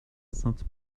sainte